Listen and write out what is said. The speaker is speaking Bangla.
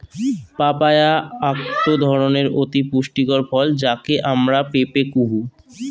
পাপায়া আকটো ধরণের অতি পুষ্টিকর ফল যাকে আমরা পেঁপে কুহ